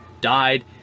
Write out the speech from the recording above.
died